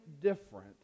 different